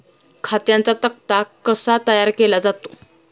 खात्यांचा तक्ता कसा तयार केला जातो?